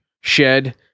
shed